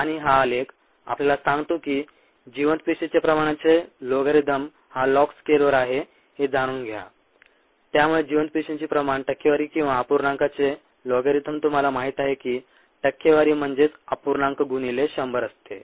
आणि हा आलेख आपल्याला सांगतो की जिवंत पेशीच्या प्रमाणाचे लोगॅरिथम हा लॉग स्केलवर आहे हे जाणून घ्या त्यामुळे जिवंत पेशींची प्रमाण टक्केवारी किंवा अपूर्णांकाचे लोगॅरिथम तुम्हाला माहित आहे की टक्केवारी म्हणजेच अपूर्णांक गुणिले 100 असते